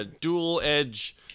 dual-edge